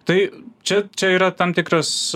tai čia čia yra tam tikras